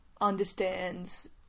understands